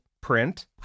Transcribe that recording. print